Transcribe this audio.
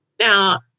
Now